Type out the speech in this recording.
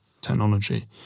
technology